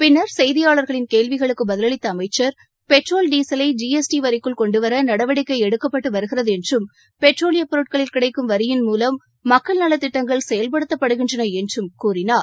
பின்னர் செய்தியாளர்களின் கேள்விகளுக்கு பதிலளித்த அமைச்சர் பெட்ரோல் டீசலை ஜி எஸ் டி வரிக்குள் கொண்டுவர நடவடிக்கை எடுக்கப்பட்டு வருகிறது என்றும் பெட்ரோலியப் பொருட்களில் கிடைக்கும் வரியின் மூலம் மக்கள் நலத்திட்டங்கள் செயல்படுத்தப்படுகின்றன என்றும் கூறினார்